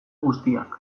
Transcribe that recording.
guztiak